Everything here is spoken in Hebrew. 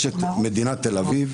יש את מדינת תל אביב,